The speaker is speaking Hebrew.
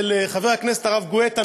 של חבר הכנסת הרב גואטה,